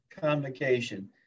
Convocation